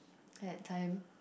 at time